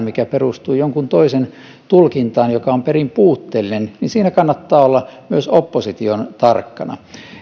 mikä perustuu jonkun toisen tulkintaan joka on perin puutteellinen niin siinä kannattaa olla myös opposition tarkkana